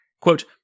Quote